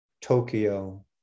Tokyo